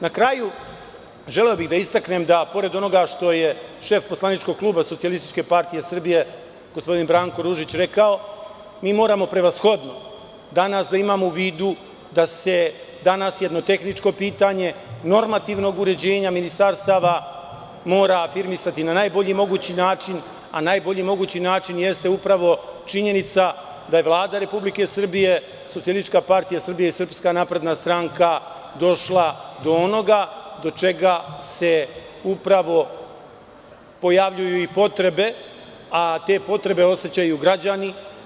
Na kraju bih želeo da istaknem da, pored onoga što je šef poslaničkog kluba SPS gospodin Branko Ružić rekao, mi moramo prevashodno danas da imamo u vidu da se danas jedno tehničko pitanje normativnog uređenja ministarstava mora afirmisati na najbolji mogući način, a najbolji mogući način jeste upravo činjenica da je Vlada Republike Srbije, SPS i SNS, došla do onoga do čega se upravo pojavljuju i potrebe, a te potrebe osećaju građani.